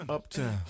Uptown